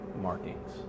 markings